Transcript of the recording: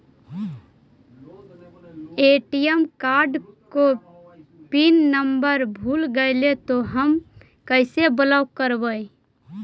ATM card को pin number भुला गैले तौ हम कैसे ब्लॉक करवै?